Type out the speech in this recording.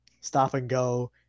stop-and-go